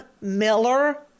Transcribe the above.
miller